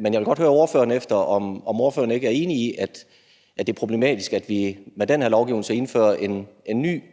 Men jeg vil godt høre, om ordføreren ikke er enig i, at det er problematisk, at vi med den her lovgivning så indfører en ny ulighed,